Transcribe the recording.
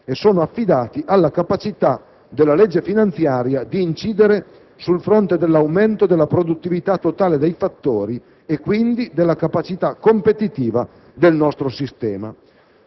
e sono affidati alla capacità della legge finanziaria di incidere sul fronte dell'aumento della produttività totale dei fattori e della capacità competitiva del nostro sistema.